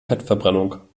fettverbrennung